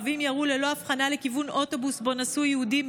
ערבים ירו ללא הבחנה לכיוון אוטובוס שבו נסעו יהודים.